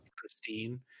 Christine